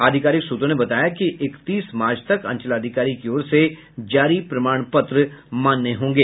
आधिकारिक सूत्रों ने बताया कि इकतीस मार्च तक अंचलाधिकारी की ओर से जारी प्रमाण पत्र मान्य होंगे